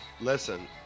listen